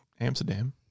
Amsterdam